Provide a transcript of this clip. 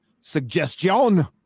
suggestion